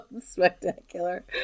Spectacular